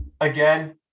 again